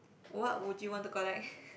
what would you want to collect